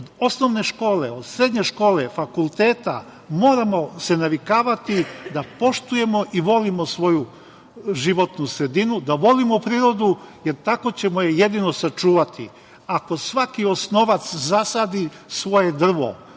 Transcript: od osnovne škole, od srednje škole, fakulteta. Moramo se navikavati da poštujemo i volimo svoju životnu sredinu, da volimo prirodu, jer tako ćemo je jedino sačuvati. Ako svaki osnovac zasadi svoje drvo,